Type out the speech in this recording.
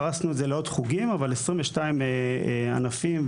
פרויקט גדול מאוד שנקרא "שווים בספורט" יחד עם התאחדות ספורט הנכים,